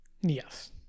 Yes